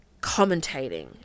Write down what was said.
commentating